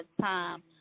time